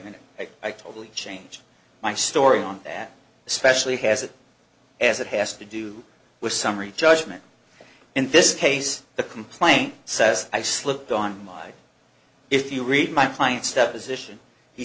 minute i totally changed my story on that especially has it as it has to do with summary judgment in this case the complaint says i slipped on my if you read my client's deposition he